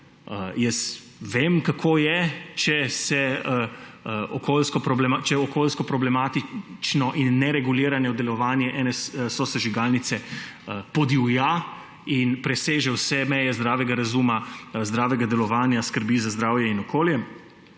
jaz vem, kako je, če se okoljsko, če okoljsko problematično in neregulirano delovanje ene sosežigalnice podivja in preseže vse meje zdravega razuma, zdravega delovanja, skrbi za zdravje in okolje.